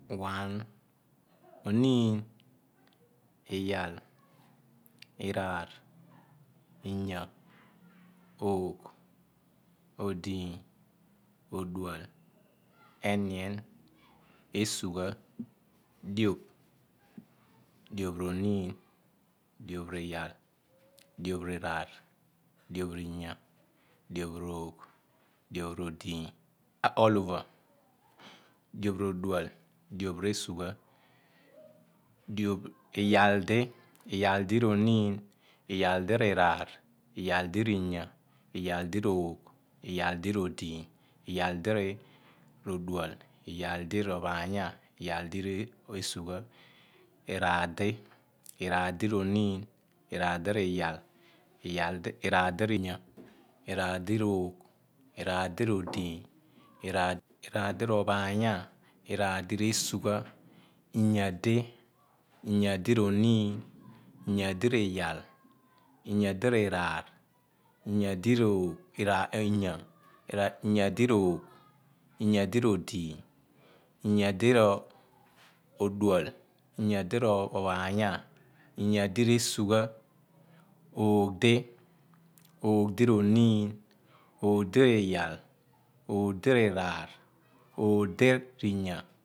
One oniin iyalp iraar inya oogh odiiny odual enya esugha dioph dooph roniin dioph r'iyal dioph riraar dieph rinya dioph r'oogh dioph r'odiiny all over dioph re dual dioph r esugha dioph iyal di iyal di roniin iyal diri raar iyal di rinya di r orgh iyal dir odiiny iyal di re sugha iraar di oph iyal di iyal di iyal di r'inya iyal di r oogh iyal di r odiiny iyal di roogh iyal di r'odiiny iyal di r odual iyal di r ophaanya iyal di resugha iraar di iraar di rionim iraar diriyal iraar di rinya iraar di roogh iraar di rodiiny iraar di rophaanya iraar dir esugha inya di rophaanya iraar dir esugha inya di inya di r oniin inya di riyai inya di riraar inya di rinya inya di r oogh inya di rodiiny inya di r odual inya di r ophaanya inya di resugha oogh di oogh di r ophaanya inya di r esugha oogh di riraar oogh dir inya